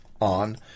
on